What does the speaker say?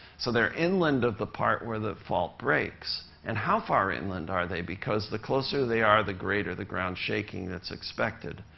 so they're inland of the part where the fault breaks. and how far inland are they? because the closer they are, the greater the ground shaking that's expected.